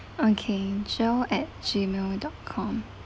okay jill at G mail dot com